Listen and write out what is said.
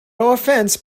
offense